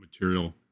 material